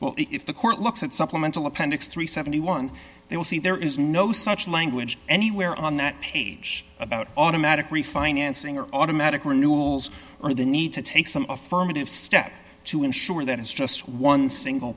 well if the court looks at supplemental appendix three hundred and seventy one dollars they will see there is no such language anywhere on that page about automatic refinancing or automatic renewals or the need to take some affirmative steps to ensure that it's just one single